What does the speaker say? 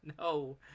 No